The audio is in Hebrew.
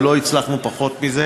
ולא הצלחנו פחות מזה,